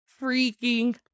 freaking